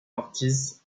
ortiz